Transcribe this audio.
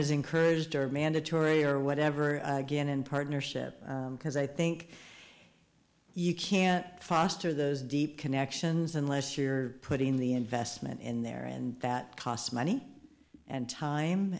is encouraged or mandatory or whatever again in partnership because i think you can't foster those deep connections unless you're putting the investment in there and that costs money and time